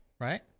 right